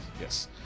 Yes